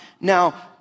Now